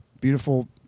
Beautiful